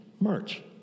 March